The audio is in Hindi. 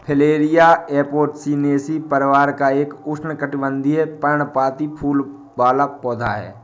प्लमेरिया एपोसिनेसी परिवार का एक उष्णकटिबंधीय, पर्णपाती फूल वाला पौधा है